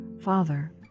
father